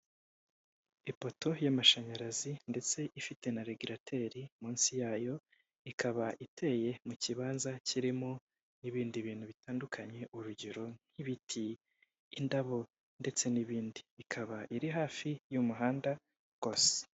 Ipoto y'amashanyarazi ndetse ifite na regirateri munsi yayo, ikaba iteye mu kibanza kirimo ibindi bintu bitandukanye, urugero nk'ibiti, indabo ndetse n'ibindi, ikaba iri hafi y'umuhanda kose.